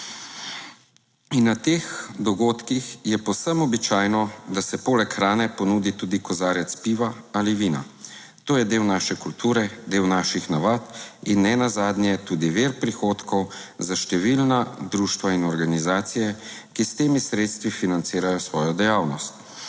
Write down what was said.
In na teh dogodkih je povsem običajno, da se poleg hrane ponudi tudi kozarec piva ali vina. To je del naše kulture, del naših navad in nenazadnje tudi vir prihodkov za številna društva in organizacije, ki s temi sredstvi financirajo svojo dejavnost.